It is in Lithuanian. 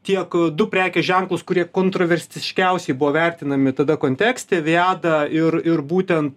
tiek du prekių ženklus kurie kontroversiškiausiai buvo vertinami tada kontekste viada ir ir būtent